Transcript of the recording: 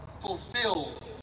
fulfilled